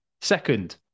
Second